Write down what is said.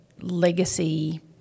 legacy